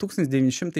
tūkstantis devyni šimtai